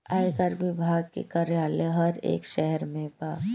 आयकर विभाग के कार्यालय हर एक शहर में बा